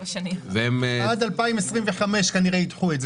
עד 2025 כנראה ידחו את זה.